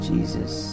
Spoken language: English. Jesus